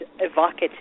evocative